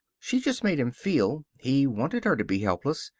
she just made him feel he wanted her to be helpless,